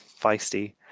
feisty